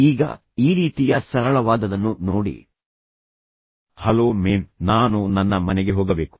ಈಗ ಈ ರೀತಿಯ ಸರಳವಾದದನ್ನು ನೋಡಿ "ಹಲೋ ಮೇಮ್ ನಾನು ನನ್ನ ಮನೆಗೆ ಹೋಗಬೇಕು